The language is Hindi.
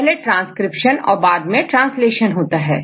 पहले ट्रांसक्रिप्शन और बाद में ट्रांसलेशन होता है